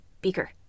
Beaker